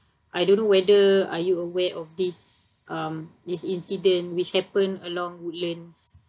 I don't know whether are you aware of this um this incident which happened along woodlands